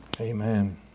Amen